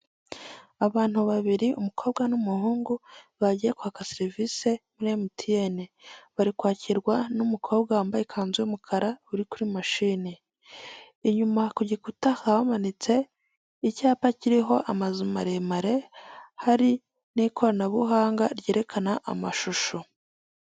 Abantu babiri, umukobwa n'umuhungu bagiye kwa serivise muri MTN,bari kwakirwa n'umukobwa wambaye ikanzu y'umukara uri kuri mashine, inyuma kugikuta haba hamanitse icyapa kiriho amazu maremare hari n'ikoranabuhanga ryerekana amashusho.